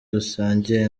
dusangiye